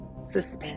suspense